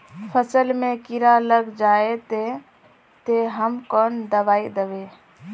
फसल में कीड़ा लग जाए ते, ते हम कौन दबाई दबे?